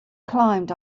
climbed